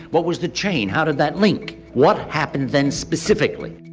what was the chain? how did that link? what happened then specifically?